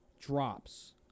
drops